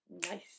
Nice